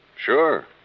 Sure